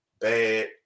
Bad